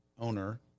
owner